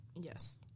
Yes